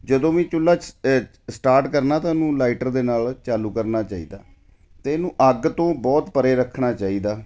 ਜਦੋਂ ਵੀ ਚੁੱਲ੍ਹਾ ਇ ਸਟਾਰਟ ਕਰਨਾ ਤਾਂ ਉਹਨੂੰ ਲਾਈਟਰ ਦੇ ਨਾਲ ਚਾਲੂ ਕਰਨਾ ਚਾਹੀਦਾ ਅਤੇ ਇਹਨੂੰ ਅੱਗ ਤੋਂ ਬਹੁਤ ਪਰੇ ਰੱਖਣਾ ਚਾਹੀਦਾ